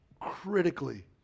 Critically